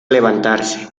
levantarse